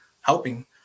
helping